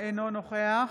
אינו נוכח